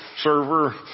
server